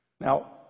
Now